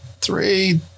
three